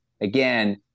Again